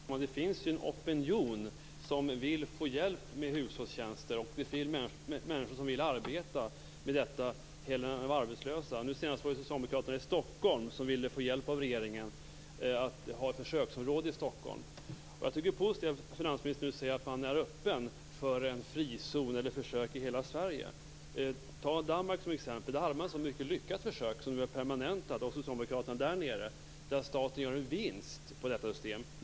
Fru talman! Det finns en opinion som vill få hjälp med hushållstjänster. Det finns människor som vill arbeta med detta hellre än att vara arbetslösa. Nu senast var det socialdemokraterna i Stockholm som ville få hjälp av regeringen att ha försöksområde i Jag tycker att det är positivt att finansministern nu säger att man är öppen för en frizon eller försök i hela Sverige. Ta Danmark som ett exempel. Där gjorde man ett mycket lyckat försök som nu har permanentats av socialdemokraterna där nere, där staten gör en vinst på detta system.